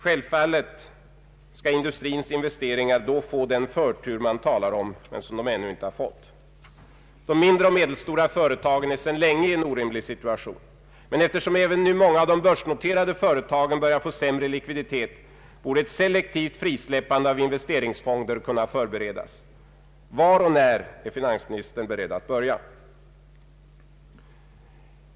Självfallet skall industrins investeringar då få den förtur man talar om men som de ännu inte fått. De mindre och medelstora företagen är sedan länge i en orimlig situation. Men eftersom nu även många av de börsnoterade företagen börjar få sämre likviditet, borde ett selektivt frisläppande av investeringsfonder kunna förberedas. Var och när är finansministern beredd att börja?